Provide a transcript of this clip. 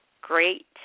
great